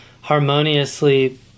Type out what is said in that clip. harmoniously